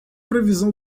previsão